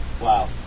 Wow